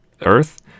Earth